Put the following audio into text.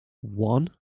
One